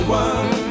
one